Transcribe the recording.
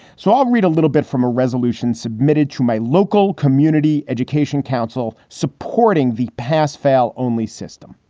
so i'll read a little bit from a resolution submitted to my local community education council supporting the pass fail only system,